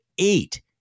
eight